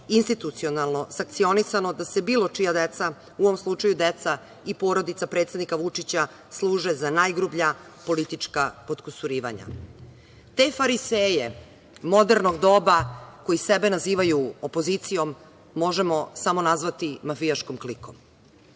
institucionalno sankcionisano da bilo čija deca, u ovom slučaju deca i porodica predsednika Vučića, služe za najgrublja politička potkusurivanja. Te fariseje modernog doba koji sebe nazivaju opozicijom možemo samo nazvati mafijaškom klikom. Dolazim